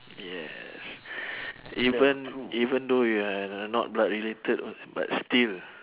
yes even even though we are not blood related but still